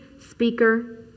speaker